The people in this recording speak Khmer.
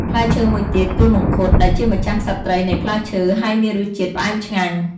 ផ្លែឈើមួយទៀតគឺមង្ឃុតដែលជាម្ចាស់ក្សត្រីនៃផ្លែឈើ ហើយមានរសជាតិផ្អែមឆ្ងាញ់។